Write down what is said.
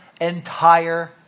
entire